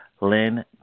Lynn